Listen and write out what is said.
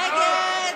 נגד?